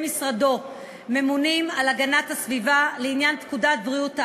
משרדו ממונים על הגנת הסביבה לעניין פקודת בריאות העם,